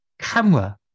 camera